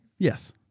Yes